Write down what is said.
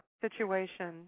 situation